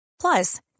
Plus